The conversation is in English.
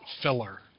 filler